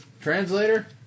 Translator